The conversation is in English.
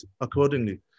accordingly